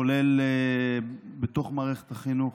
כולל בתוך מערכת החינוך.